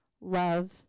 love